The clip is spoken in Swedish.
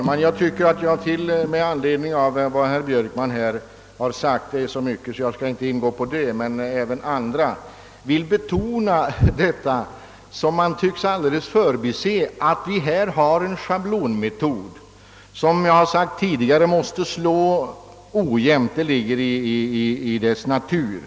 Herr talman! Med anledning av vad herr Björkman sade vill jag betona att han alldeles tycks förbise att det är fråga om en schablonmetod. Att en sådan måste slå ojämt, ligger i sakens natur.